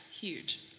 huge